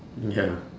ya